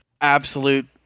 absolute